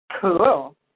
Cool